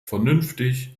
vernünftig